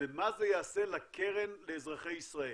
מה זה יעשה לקרן לאזרחי ישראל.